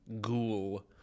ghoul